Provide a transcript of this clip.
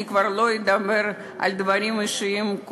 אני כבר לא אדבר על דברים שהם,